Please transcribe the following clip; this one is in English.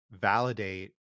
validate